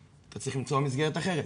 אתה צריך למצוא מסגרת אחרת.